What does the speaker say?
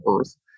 earth